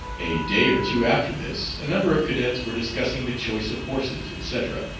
a day or two after this a number of cadets were discussing the choice of horses, etc,